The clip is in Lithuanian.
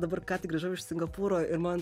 dabar ką tik grįžau iš singapūro ir man